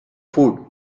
food